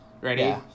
Ready